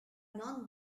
non